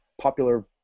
popular